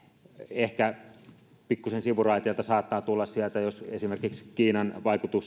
ehkä pikkuisen sivuraiteelta se saattaa tulla sieltä jos esimerkiksi kiinan